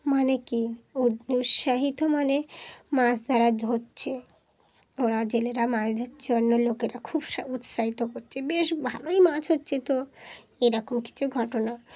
মানে কি উ উৎসাহিত মানে মাছ ধরা ধরছে ওরা জেলেরা মাছ ধরার জন্য লোকেরা খুব উৎসাহিত করছে বেশ ভালোই মাছ হচ্ছে তো এরকম কিছু ঘটনা